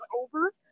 over